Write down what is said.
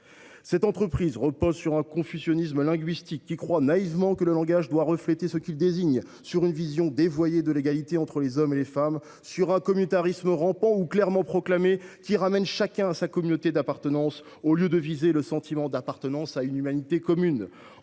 Cette entreprise repose sur un confusionnisme linguistique, fondé sur la croyance naïve que le langage doit refléter ce qu’il désigne, sur une vision dévoyée de l’égalité entre les hommes et les femmes, sur un communautarisme rampant ou clairement proclamé qui ramène chacun à sa communauté d’appartenance au lieu de viser le sentiment d’appartenance à une humanité commune.